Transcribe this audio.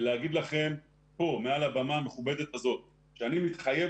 להגיד לכם כאן מעל הבמה המכובדת הזאת שאני מתחייב